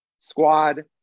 squad